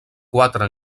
quatre